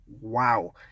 wow